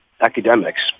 academics